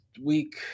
Week